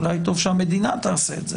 אולי טוב שהמדינה תעשה את זה.